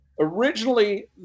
Originally